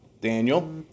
Daniel